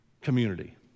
community